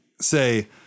say